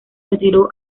retiró